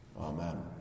Amen